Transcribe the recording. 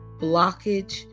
blockage